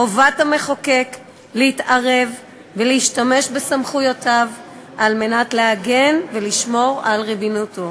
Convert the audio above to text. חובת המחוקק להתערב ולהשתמש בסמכויותיו על מנת להגן ולשמור על ריבונותו.